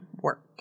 work